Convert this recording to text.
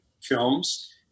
films